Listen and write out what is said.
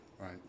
Right